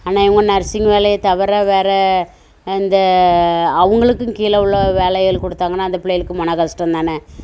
ஆனால் இவங்க நர்ஸிங் வேலையை தவிர வேறு இந்த அவங்களுக்கும் கீழே உள்ள வேலைகள் கொடுத்தாங்கன்னா அந்த பிள்ளைகளுக்கு மன கஷ்டந்தானே